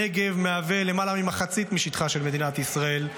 הנגב מהווה למעלה ממחצית משטחה של מדינת ישראל,